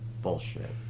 Bullshit